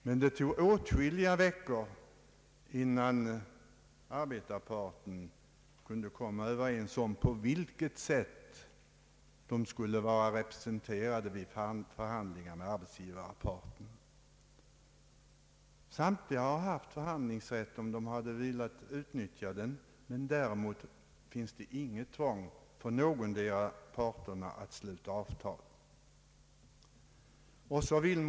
Det dröjde åtskilliga veckor innan arbetarparten bestämde sig för på vilket sätt man skulle vara representerad vid förhandlingar med arbetsgivarparten. Samtliga i motionerna nämnda har haft förhandlingsrätt om de velat utnyttja den, däremot fanns det inget tvång för någondera parten att sluta avtal.